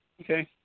Okay